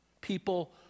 People